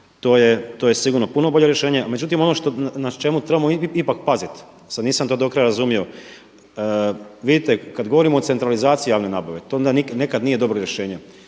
to je sigurno puno bolje rješenje. Međutim ono što, na čemu trebamo ipak paziti sad nisam to do kraja razumio. Vidite kad govorimo o centralizaciji javne nabave, to onda nekad nije dobro rješenje.